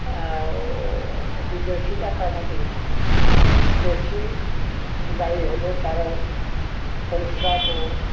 ଆଉ ବିଦେଶୀଟା କାମ ଦିଏ ନାହିଁ ଦେଶୀ ଗାଈ ହେଲେ ତା'ର ପରିଶ୍ରାକୁ